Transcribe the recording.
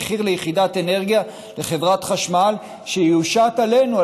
במחיר ליחידת אנרגיה לחברת חשמל שיושת עלינו,